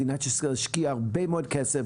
מדינת ישראל השקיעה הרבה מאוד כסף.